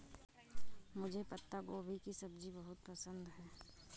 मुझे पत्ता गोभी की सब्जी बहुत पसंद है